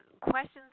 questions